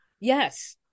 yes